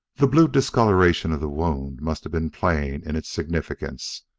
the blue discoloration of the wound must have been plain in its significance.